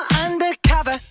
undercover